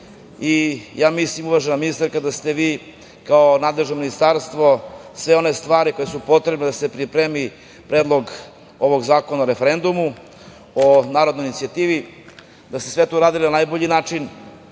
ministarka, ja mislim da ste vi kao nadležno ministarstvo sve one stvari koje su potrebne da se pripremi Predlog ovog zakona o referendumu, o narodnoj inicijativi, da ste sve to uradili na najbolji način,